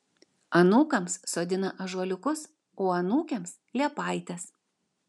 anūkams sodina ąžuoliukus o anūkėms liepaites